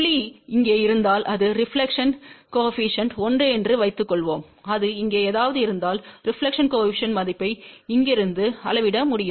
புள்ளி இங்கே இருந்தால் அது ரெபிலெக்ஷன் கோஏபிசிஎன்ட் 1 என்று வைத்துக்கொள்வோம் அது இங்கே எங்காவது இருந்தால் ரெபிலெக்ஷன் கோஏபிசிஎன்ட் மதிப்பை இங்கிருந்து அளவிட முடியும்